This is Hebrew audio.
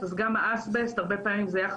גם קודמיי עשו פה את ההפרדה בין אסבסט פריך והסוגייה